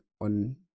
on